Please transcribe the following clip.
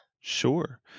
Sure